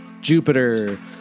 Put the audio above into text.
Jupiter